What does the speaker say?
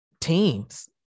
teams